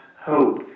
hope